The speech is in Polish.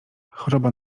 choroba